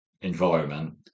environment